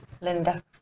Linda